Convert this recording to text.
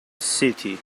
city